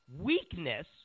weakness